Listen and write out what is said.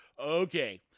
Okay